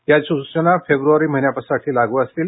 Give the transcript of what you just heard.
या सूचना फेब्रुवारी महिन्यासाठी लागू असतील